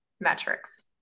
metrics